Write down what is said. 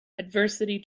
adversity